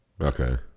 Okay